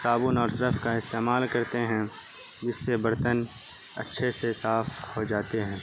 صابن اور سرف کا استعمال کرتے ہیں جس سے برتن اچھے سے صاف ہو جاتے ہیں